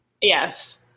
Yes